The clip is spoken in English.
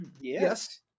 Yes